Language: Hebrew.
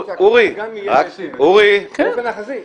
אורי ------ גם אם יהיה --- באופן יחסי --- כן.